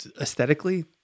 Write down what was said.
aesthetically